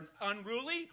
unruly